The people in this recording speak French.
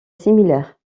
similaire